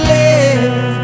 live